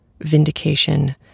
vindication